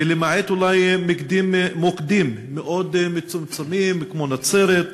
ולמעט אולי מוקדים מאוד מצומצמים כמו נצרת,